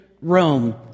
Rome